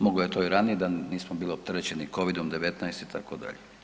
Moglo je to i ranije da nismo bili opterećeni COVID-19 itd.